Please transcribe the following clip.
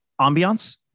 ambiance